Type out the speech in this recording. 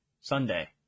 Sunday